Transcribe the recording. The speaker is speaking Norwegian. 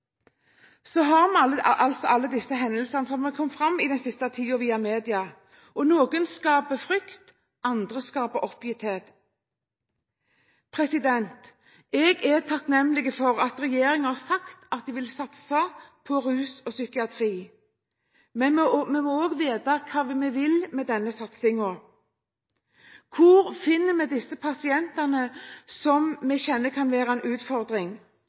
Vi har disse hendelsene som er kommet fram via media den siste tiden. Noen skaper frykt. Andre skaper oppgitthet. Jeg er takknemlig for at regjeringen har sagt at de vil satse på rus og psykiatri, men vi må òg vite hva vi vil med denne satsingen. Hvor finner vi disse pasientene som vi kjenner kan være en utfordring?